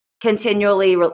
continually